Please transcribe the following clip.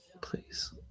please